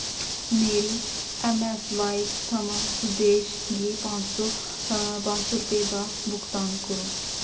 मेरी ऐम्मस्वाइप थमां सुदेश गी पंज सौ पंज सौ रपे दा भुगतान करो